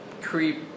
creep